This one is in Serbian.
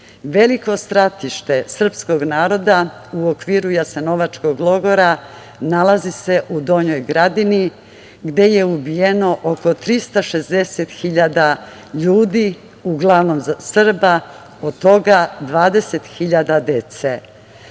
Srba. Veliko stratište srpskog naroda u okviru Jasenovačkog logora nalazi se u Donjoj Gradini, gde je ubijeno oko 360.000 ljudi, uglavnom Srba, od toga 20.000 dece. Moram